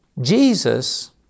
Jesus